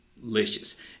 delicious